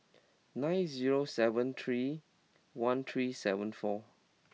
nine zero seven three one three seven four